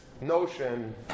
notion